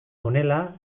honela